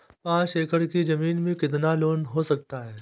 पाँच एकड़ की ज़मीन में कितना लोन हो सकता है?